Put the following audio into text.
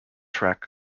track